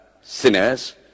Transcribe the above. sinners